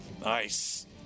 Nice